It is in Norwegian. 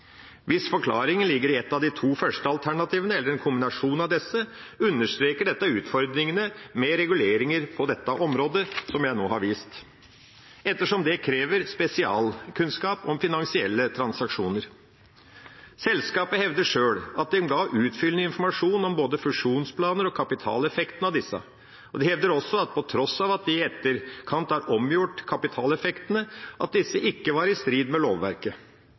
Hvis forklaringen ligger i et av to første alternativene eller i en kombinasjon av disse, understreker dette utfordringene med reguleringer på dette området, som jeg nå har vist, ettersom det krever spesialkunnskap om finansielle transaksjoner. Selskapet hevder sjøl at de ga utfyllende informasjon om både fusjonsplaner og kapitaleffekten av disse. De hevder også at på tross av at de i etterkant har omgjort kapitaleffektene, var disse ikke i strid med lovverket.